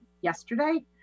yesterday